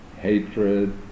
hatred